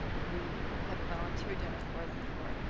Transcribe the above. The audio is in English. we have a volunteer dinner for them for,